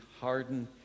hardened